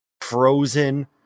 frozen